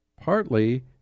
partly